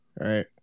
right